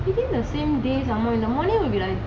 within th same day some more the morning will be like